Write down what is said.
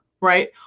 right